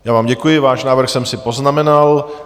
Já vám děkuji, váš návrh jsem si poznamenal.